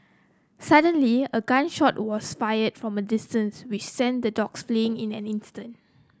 suddenly a gun shot was fired from a distance which sent the dogs fleeing in an instant